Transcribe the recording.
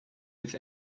with